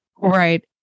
Right